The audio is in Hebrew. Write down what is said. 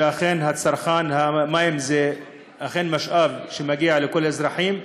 שאכן הצרכן, מים הם משאב שמגיע לכל האזרחים,